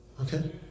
Okay